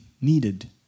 needed